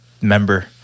member